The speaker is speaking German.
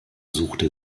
suchte